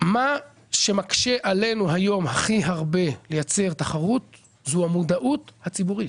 מה שמקשה עלינו היום הכי הרבה לייצר תחרות זו המודעות הציבורית.